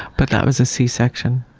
but that was a c-section.